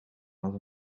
not